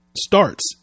starts